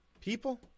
people